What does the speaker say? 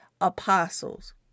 apostles